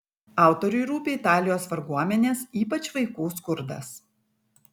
autoriui rūpi italijos varguomenės ypač vaikų skurdas